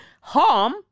harm